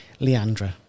Leandra